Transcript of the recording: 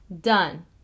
Done